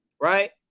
right